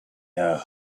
doorway